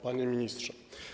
Panie Ministrze!